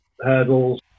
hurdles